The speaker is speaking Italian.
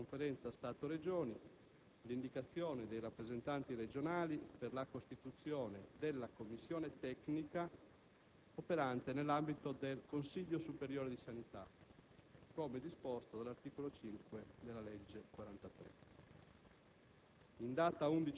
ha chiesto alla Conferenza Stato-Regioni l'indicazione dei rappresentanti regionali per la costituzione della commissione tecnica operante nell'ambito del Consiglio superiore di sanità, come disposto dall'articolo 5, comma 3, della legge n.